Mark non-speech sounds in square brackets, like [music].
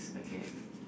[breath]